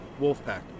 Wolfpack